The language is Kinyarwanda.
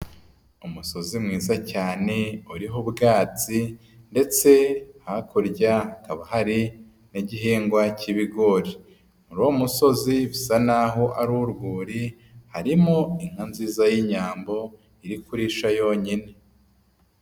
Umusozi mwiza cyane uriho ubwatsi ndetse hakurya hakaba hari n'igihingwa cy'ibigori. Muri uwo musozi bisa naho ari urwuri harimo inka nziza y'inyambo iri kurisha yonyine.